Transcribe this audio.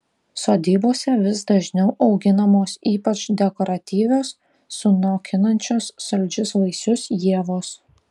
sodybose vis dažniau auginamos ypač dekoratyvios sunokinančios saldžius vaisius ievos